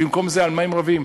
במקום זה על מה הם רבים?